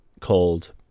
called